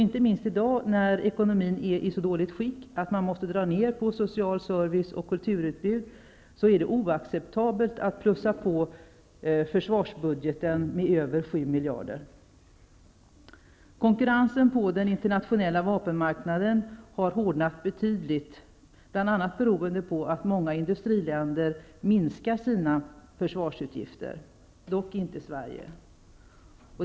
Inte minst i dag när ekonomin är i så dåligt skick att man måste dra ner på den sociala servicen och kulturutbudet är det oacceptabelt att plussa på försvarsbudgeten med över 7 miljarder. Konkurrensen på den internationella vapenmarknaden har hårdnat betydligt, bl.a. beroende på att många industriländer har minskat på sina försvarsutgifter -- dock inte Sverige.